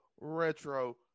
Retro